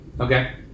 Okay